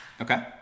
Okay